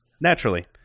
naturally